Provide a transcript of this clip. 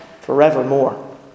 forevermore